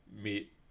meet